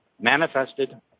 manifested